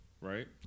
Right